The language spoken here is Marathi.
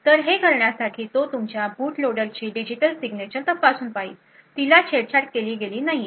तर हे करण्यासाठी तो तुमच्या बुट लोडर ची डिजिटल सिग्नेचर तपासून बघेल की तिला छेडछाड केली गेली नाहीये